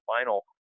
final